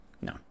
No